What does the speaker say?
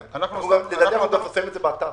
אתה תוכל לדעתי מפרסמים את זה באתר.